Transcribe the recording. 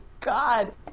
god